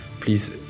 please